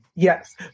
Yes